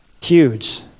Huge